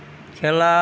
খেলা